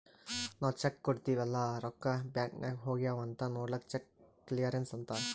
ನಾವ್ ಚೆಕ್ ಕೊಡ್ತಿವ್ ಅಲ್ಲಾ ರೊಕ್ಕಾ ಬ್ಯಾಂಕ್ ನಾಗ್ ಹೋಗ್ಯಾವ್ ಅಂತ್ ನೊಡ್ಲಕ್ ಚೆಕ್ ಕ್ಲಿಯರೆನ್ಸ್ ಅಂತ್ತಾರ್